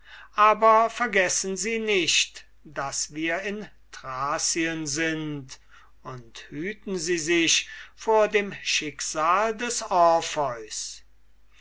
aber vergessen sie nicht daß wir in thracien sind und hüten sie sich vor dem schicksal des